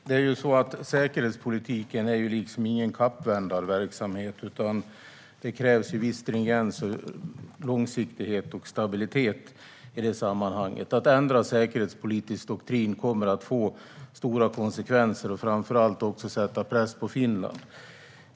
Herr talman! Säkerhetspolitiken är liksom ingen kappvändarverksamhet, utan det krävs viss stringens, långsiktighet och stabilitet i det sammanhanget. Att ändra säkerhetspolitisk doktrin skulle få stora konsekvenser och framför allt också sätta press på Finland.